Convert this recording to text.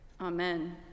Amen